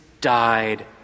died